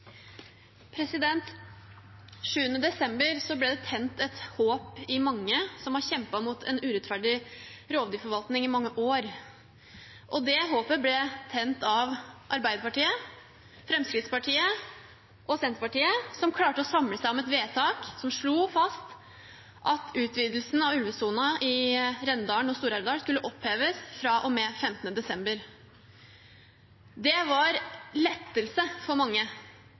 ble det tent et håp i mange som har kjempet mot en urettferdig rovdyrforvaltning i mange år, og det håpet ble tent av Arbeiderpartiet, Fremskrittspartiet og Senterpartiet, som klarte å samle seg om et vedtak som slo fast at utvidelsen av ulvesona i Rendalen og Stor-Elvdal skulle oppheves fra og med 15. desember. Det var en lettelse for mange.